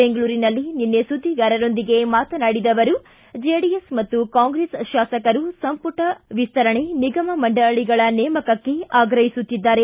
ಬೆಂಗಳೂರಿನಲ್ಲಿ ನಿನ್ನೆ ಸುದ್ವಿಗಾರರೊಂದಿಗೆ ಮಾತನಾಡಿದ ಅವರು ಜೆಡಿಎಸ್ ಮತ್ತು ಕಾಂಗ್ರೆಸ್ ಶಾಸಕರು ಸಂಪುಟ ವಿಸ್ತರಣೆ ನಿಗಮ ಮಂಡಳಗಳ ನೇಮಕಕ್ಕೆ ಆಗ್ರಹಿಸುತ್ತಿದ್ದಾರೆ